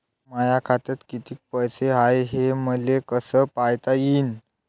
माया खात्यात कितीक पैसे हाय, हे मले कस पायता येईन?